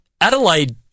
Adelaide